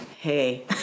hey